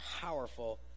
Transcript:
powerful